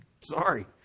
Sorry